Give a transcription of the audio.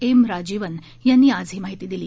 M Rajeevan यांनी आज ही माहिती दिली